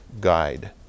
guide